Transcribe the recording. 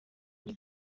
muri